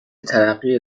ترقی